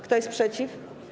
Kto jest przeciw?